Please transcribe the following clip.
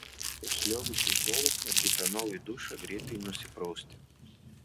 išsliuogusi iš lovos nutipenau į dušą greitai nusiprausti